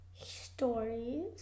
stories